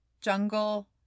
jungle